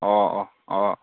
ꯑꯣ ꯑꯣ ꯑꯣ